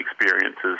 experiences